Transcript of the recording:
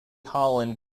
holland